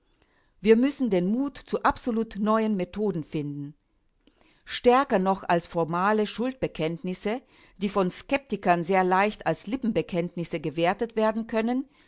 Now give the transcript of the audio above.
wir müssen den mut zu absolut neuen methoden finden stärker noch als formale schuldbekenntnisse die von skeptikern sehr leicht als lippenbekenntnisse gewertet werden können